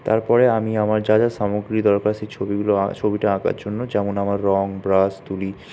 তারপরে আমি আমার যা যা সামগ্রী দরকার সে ছবিগুলো ছবিটা আঁকার জন্য যেমন আমার রং ব্রাশ তুলি